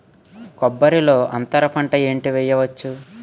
కొబ్బరి లో అంతరపంట ఏంటి వెయ్యొచ్చు?